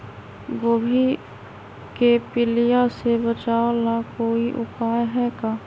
गोभी के पीलिया से बचाव ला कोई उपाय है का?